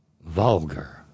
vulgar